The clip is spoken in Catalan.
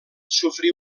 sofrir